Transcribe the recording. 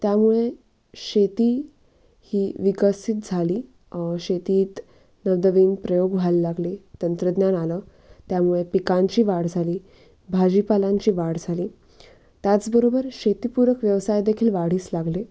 त्यामुळे शेती ही विकसित झाली शेतीत नवनवीन प्रयोग व्हायला लागले तंत्रज्ञान आलं त्यामुळे पिकांची वाढ झाली भाजीपालांची वाढ झाली त्याचबरोबर शेतीपूरक व्यवसायदेखील वाढीस लागले